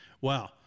wow